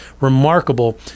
remarkable